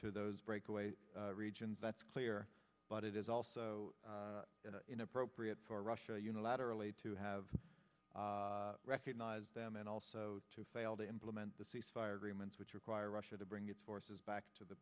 to those breakaway regions that's clear but it is also inappropriate for russia unilaterally to have recognize them and also to fail to implement the cease fire agreements which require russia to bring its forces back to the